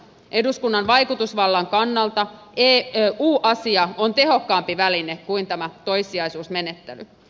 eduskunnan vaikutusvallan kannalta u asia on tehokkaampi väline kuin tämä toissijaisuusmenettely